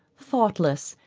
thoughtless,